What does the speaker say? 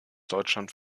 deutschland